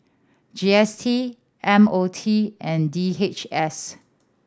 G S T M O T and D H S